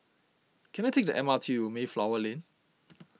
can I take the M R T to Mayflower Lane